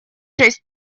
шесть